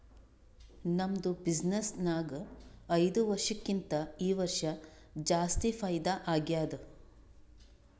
ನಮ್ದು ಬಿಸಿನ್ನೆಸ್ ನಾಗ್ ಐಯ್ದ ವರ್ಷಕ್ಕಿಂತಾ ಈ ವರ್ಷ ಜಾಸ್ತಿ ಫೈದಾ ಆಗ್ಯಾದ್